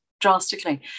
drastically